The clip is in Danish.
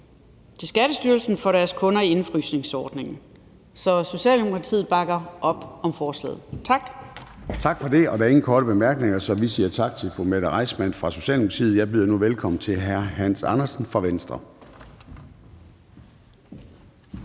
til Skattestyrelsen for deres kunder i indefrysningsordningen. Så Socialdemokratiet bakker op om forslaget. Tak. Kl. 10:54 Formanden (Søren Gade): Der er ingen korte bemærkninger, så vi siger tak til fru Mette Reissmann fra Socialdemokratiet. Jeg byder nu velkommen til hr. Hans Andersen fra Venstre.